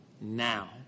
now